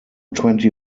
twenty